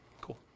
Cool